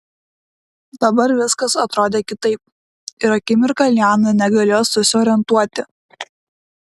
dabar viskas atrodė kitaip ir akimirką liana negalėjo susiorientuoti